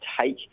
take